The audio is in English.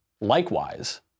Likewise